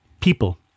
people